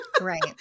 Right